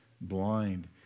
blind